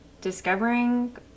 discovering